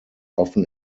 often